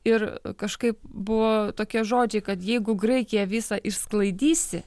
ir kažkaip buvo tokie žodžiai kad jeigu graikija visą išsklaidysi